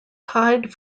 tied